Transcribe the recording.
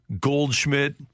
Goldschmidt